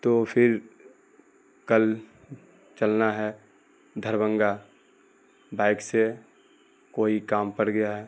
تو پھر کل چلنا ہے دھربھنگہ بائک سے کوئی کام پڑ گیا ہے